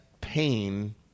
pain